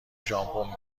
ژامبون